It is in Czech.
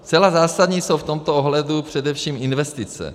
Zcela zásadní jsou v tomto ohledu především investice.